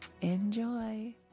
Enjoy